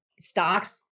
Stocks